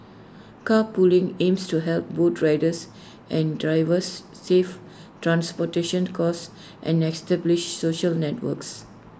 carpooling aims to help both riders and drivers save transportation costs and establish social networks